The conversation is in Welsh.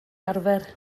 arfer